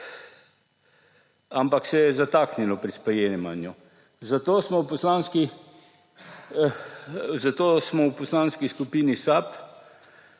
ampak se je zataknilo pri sprejemanju. Zato smo v Poslanski skupini SAB